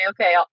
okay